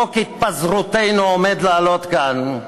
חוק התפזרותנו עומד לעלות כאן: